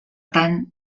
tant